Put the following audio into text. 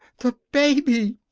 the baby!